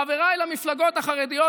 חבריי למפלגות החרדיות,